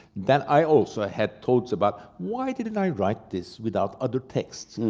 that i also had thoughts about, why didn't i write this without other texts?